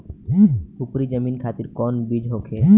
उपरी जमीन खातिर कौन बीज होखे?